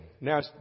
Now